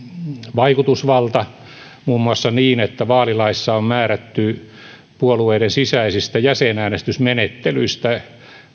vaikutusvalta muun muassa niin että vaalilaissa on määrätty puolueiden sisäisistä jäsenäänestysmenettelyistä